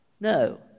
No